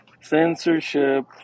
Censorship